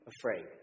afraid